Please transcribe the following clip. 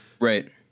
right